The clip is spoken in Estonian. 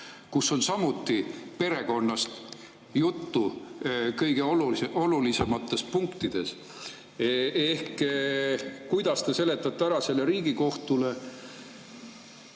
kus on samuti perekonnast juttu kõige olulisemates punktides? Kuidas te seletate selle ära Riigikohtule?